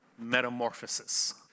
Metamorphosis